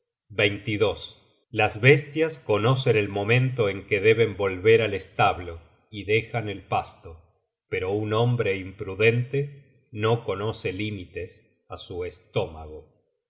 prudentes las bestias conocen el momento en que deben volver al establo y dejan el pasto pero un hombre imprudente no conoce límites á su estómago